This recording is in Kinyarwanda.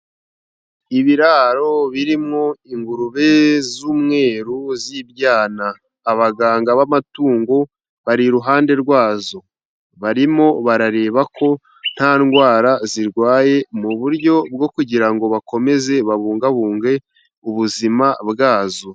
Ibiraro birimwo ingurube z'umweru z'ibyana, abaganga b'amatungo bari iruhande rwazo, barimo barareba ko nta ndwara zirwaye, mu buryo bwo kugira ngo bakomeze babungabunge ubuzima bwazo.